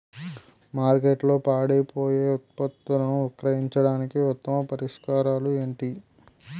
మార్కెట్లో పాడైపోయే ఉత్పత్తులను విక్రయించడానికి ఉత్తమ పరిష్కారాలు ఏంటి?